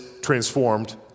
transformed